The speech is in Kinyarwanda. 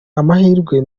amahirwe